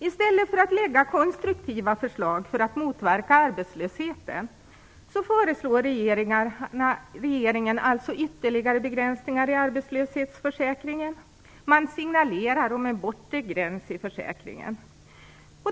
I stället för att lägga fram konstruktiva förslag för att motverka arbetslösheten föreslår regeringen ytterligare begränsningar i arbetslöshetsförsäkringen. Man signalerar om en bortre gräns i försäkringen.